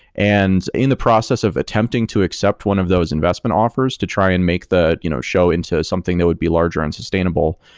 and in the process of attempting to accept one of those investment offers to try and make the you know show into something that would be larger and sustainable,